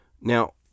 Now